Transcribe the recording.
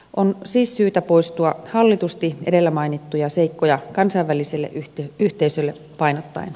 on siis syytä poistua hallitusti edellä mainittuja seikkoja kansainväliselle yhteisölle painottaen